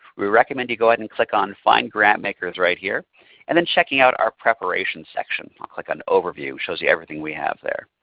we recommend you go ahead and click on find grantmakers right here and then checking out our preparation section. i'll click on overview which shows you everything we have there.